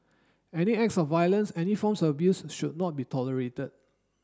any acts of violence any forms of abuse should not be tolerated